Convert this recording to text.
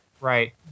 Right